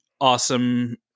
awesome